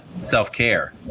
self-care